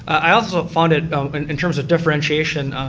i also found it in terms of differentiation,